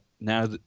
now